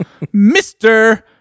Mr